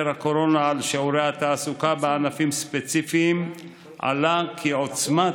הקורונה על שיעורי התעסוקה בענפים ספציפיים עלה כי עוצמת